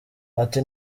ati